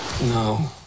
No